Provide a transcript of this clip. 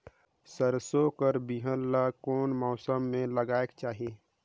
सरसो कर बिहान ला कोन मौसम मे लगायेक चाही?